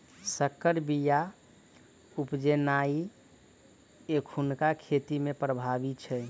सँकर बीया उपजेनाइ एखुनका खेती मे प्रभावी छै